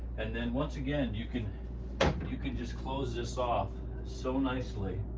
and then once again, you can you can just close this off so nicely.